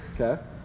Okay